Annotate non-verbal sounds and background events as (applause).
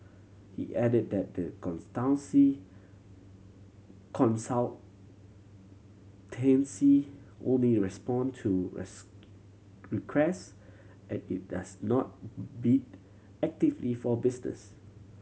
he added that the (unintelligible) consultancy only respond to (unintelligible) requests and it does not bid actively for business